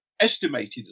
Estimated